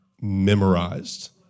memorized